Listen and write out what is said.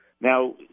Now